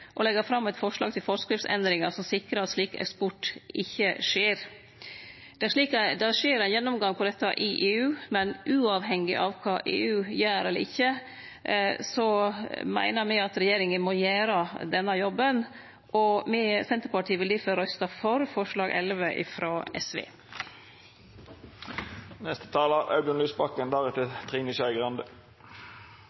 og leggje fram eit forslag til forskriftsendringar som sikrar at slik eksport ikkje skjer. Det skjer ein gjennomgang av dette i EU, men uavhengig av kva EU gjer eller ikkje, meiner me at regjeringa må gjere denne jobben. Senterpartiet vil difor røyste for forslag